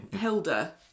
Hilda